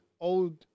old